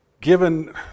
Given